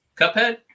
Cuphead